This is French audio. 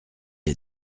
est